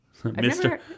Mr